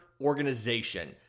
organization